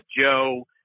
Joe